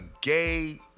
gay